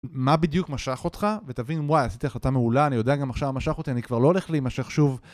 מה בדיוק משך אותך, ותבין, וואי, עשיתי החלטה מעולה, אני יודע גם עכשיו מה משך אותי, אני כבר לא הולך להימשך שוב.